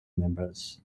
members